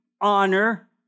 honor